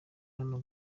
hano